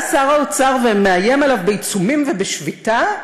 שר האוצר ומאיים עליו בעיצומים ובשביתה,